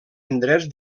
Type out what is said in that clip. indrets